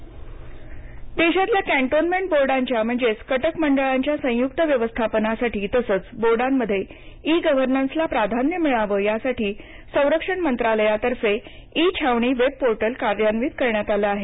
cantonment online देशातील cantonment बोर्डांच्या म्हणजेच कटक मंडळांच्या संयुक्त व्यवस्थापनासाठी तसंच बोर्डांमध्ये ई गव्हर्नन्सला प्राधान्य मिळावं यासाठी संरक्षण मंत्रालयातर्फे ई छावणी वेबपोर्टल कार्यान्वित करण्यात आलं आहे